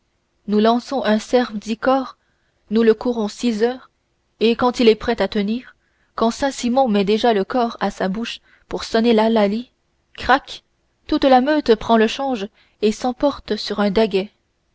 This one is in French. nous lançons un cerf dix cors nous le courons six heures et quand il est prêt à tenir quand saint-simon met déjà le cor à sa bouche pour sonner l'hallali crac toute la meute prend le change et s'emporte sur un daguet